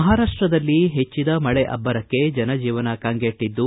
ಮಹಾರಾಷ್ಟದಲ್ಲಿ ಹೆಚ್ಚಿದ ಮಳೆ ಅಬ್ಬರಕ್ಕೆ ಜನಜೀವನ ಕಂಗೆಟ್ಟಿದ್ದು